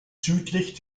südlich